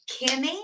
Kimmy